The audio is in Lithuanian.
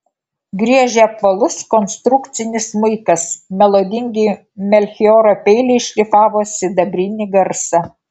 griežė apvalus konstrukcinis smuikas melodingi melchioro peiliai šlifavo sidabrinį garsą